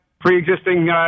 pre-existing